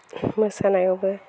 मोसानायवबो